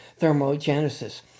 thermogenesis